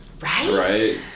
right